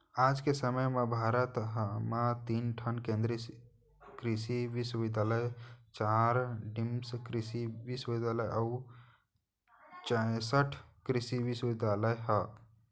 आज के समे म भारत म तीन ठन केन्द्रीय कृसि बिस्वबिद्यालय, चार डीम्ड कृसि बिस्वबिद्यालय अउ चैंसठ कृसि विस्वविद्यालय ह